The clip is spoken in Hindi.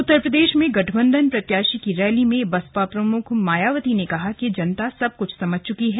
उत्तर प्रदेश में गठबंधन प्रत्याशी की रैली में बसपा प्रमुख मायावती ने कहा कि जनता सबकुछ समझ चुकी है